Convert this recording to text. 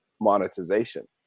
monetization